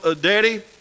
Daddy